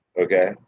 okay